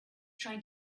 trying